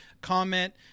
Comment